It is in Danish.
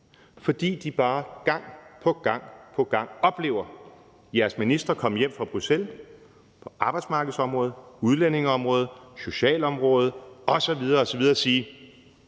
fordi de bare gang på gang oplever jeres ministre komme hjem fra Bruxelles – på arbejdsmarkedsområdet, på udlændingeområdet, på socialområdet osv.